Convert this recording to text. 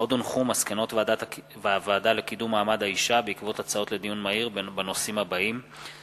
הצעת חוק יסודות התקציב (תיקון, פטור